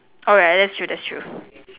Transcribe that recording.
alright that's true that's true